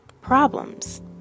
problems